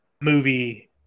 movie